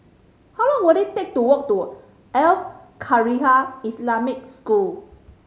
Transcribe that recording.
how long will it take to walk to Al Khairiah Islamic School